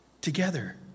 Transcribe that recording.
together